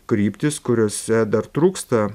kryptys kuriose dar trūksta